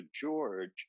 George